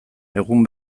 egun